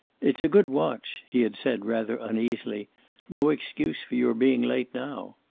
it's a good watch, he had said, rather uneasily no excuse for your being late now!